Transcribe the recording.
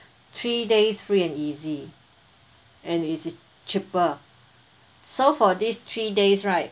three days free and easy and it is cheaper so for these three days right